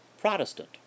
Protestant